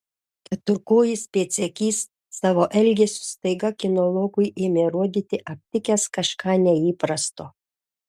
keturkojis pėdsekys savo elgesiu staiga kinologui ėmė rodyti aptikęs kažką neįprasto